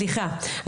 סליחה,